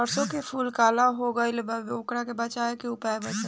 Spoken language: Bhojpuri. सरसों के फूल काला हो गएल बा वोकरा से बचाव के उपाय बताई?